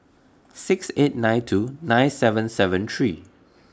six eight nine two nine seven seven three